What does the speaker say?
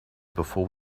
before